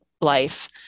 life